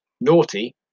Naughty